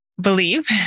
believe